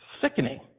Sickening